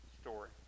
story